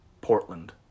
Portland